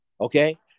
okay